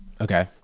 okay